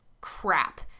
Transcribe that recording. crap